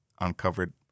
Uncovered